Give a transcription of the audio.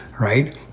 right